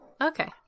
Okay